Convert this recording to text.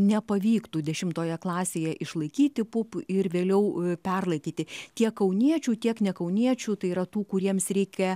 nepavyktų dešimtoje klasėje išlaikyti pupų ir vėliau perlaikyti tiek kauniečių tiek ne kauniečių tai yra tų kuriems reikia